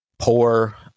poor